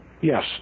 Yes